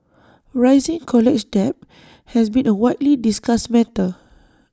rising college debt has been A widely discussed matter